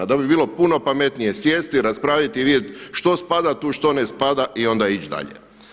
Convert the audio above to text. Da bi bilo puno pametnije sjesti, raspraviti, vidjeti što spada tu, što ne spada i onda ići dalje.